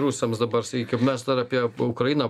rusams dabar sakykim mes dar apie ukrainą